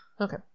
okay